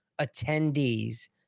attendees